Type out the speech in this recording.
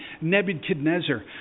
Nebuchadnezzar